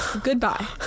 goodbye